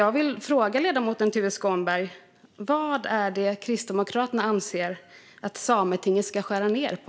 Jag vill därför fråga ledamoten Tuve Skånberg: Vad anser Kristdemokraterna att Sametinget ska skära ned på?